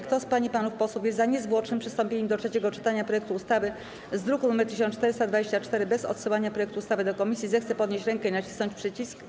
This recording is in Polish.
Kto z pań i panów posłów jest za niezwłocznym przystąpieniem do trzeciego czytania projektu ustawy z druku nr 1424 bez odsyłania projektu ustawy do komisji, zechce podnieść rękę i nacisnąć przycisk.